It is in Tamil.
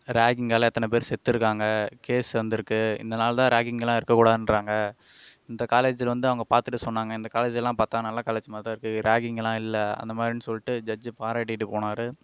ராகிங்கால் எத்தனை பேர் செத்துருக்காங்க கேஸ் வந்துருக்குது இதனால் தான் ராகிங்லாம் இருக்கக்கூடாதுன்றாங்க இந்த காலேஜில் வந்து அவங்க பார்த்துட்டு சொன்னாங்க இந்த காலேஜிலாம் பார்த்தா நல்ல காலேஜ் மாதிரிதான்ருக்கு ராகிங்லாம் இல்லை அந்த மாதிரினு சொல்லிட்டு ஜட்ஜெ பாராட்டிட்டு போனார்